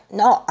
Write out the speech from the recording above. no